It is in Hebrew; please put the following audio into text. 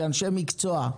כאנשי מקצוע,